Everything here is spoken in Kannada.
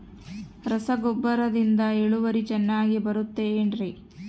ರಸಗೊಬ್ಬರದಿಂದ ಇಳುವರಿ ಚೆನ್ನಾಗಿ ಬರುತ್ತೆ ಏನ್ರಿ?